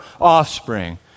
offspring